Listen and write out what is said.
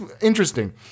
interesting